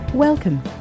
Welcome